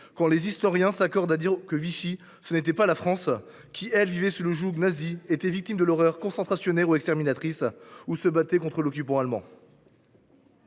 quand les historiens s’accordent à dire que Vichy, ce n’était pas la France, qui, elle, vivait sous le joug nazi, était victime de l’horreur concentrationnaire ou exterminatrice, ou se battait contre l’occupant allemand.